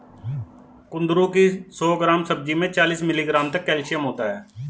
कुंदरू की सौ ग्राम सब्जी में चालीस मिलीग्राम तक कैल्शियम होता है